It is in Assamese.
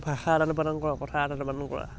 ভাষা আদান প্ৰদান কৰা কথা আদান প্ৰদান কৰা